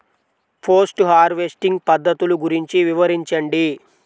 Post harvesting పద్ధతులు గురించి వివరించండి?